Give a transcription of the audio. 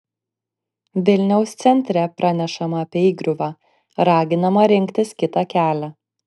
vilniaus centre pranešama apie įgriuvą raginama rinktis kitą kelią